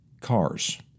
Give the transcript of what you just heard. cars